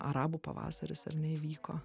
arabų pavasaris ar ne įvyko